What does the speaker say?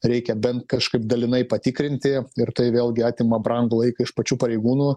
reikia bent kažkaip dalinai patikrinti ir tai vėlgi atima brangų laiką iš pačių pareigūnų